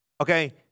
Okay